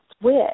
switch